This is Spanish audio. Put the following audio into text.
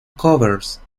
covers